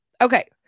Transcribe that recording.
Okay